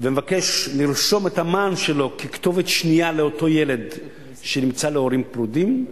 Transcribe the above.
ומבקש לרשום את המען שלו ככתובת שנייה לאותו ילד להורים פרודים,